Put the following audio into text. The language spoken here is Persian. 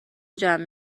جمع